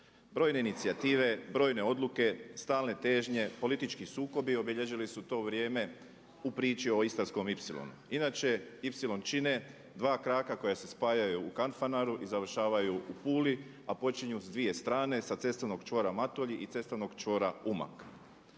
Brojne inicijative, brojne odluke, stalne težnje, politički sukobi obilježili su to vrijeme u priči o Istarskom ipsilonu. Inače, ipsilon čine dva kraka koja se spajaju u Kanfanaru i završavaju u Puli, a počinju s dvije strane sa cestovnog čvora Matulji i cestovnog čvora Umag.